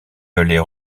les